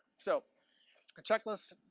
so a checklist,